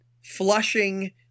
flushing